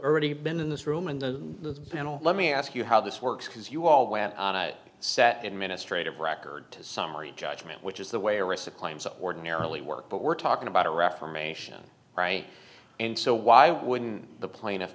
already been in this room in the panel let me ask you how this works because you all have sat administrate of record to summary judgment which is the way arista claims ordinarily work but we're talking about a reformation right and so why wouldn't the plaintiff